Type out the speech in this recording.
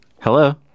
Hello